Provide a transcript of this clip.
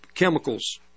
Chemicals